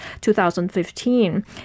2015